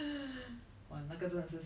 no you probably has by it's just that